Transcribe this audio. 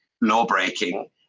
law-breaking